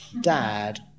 dad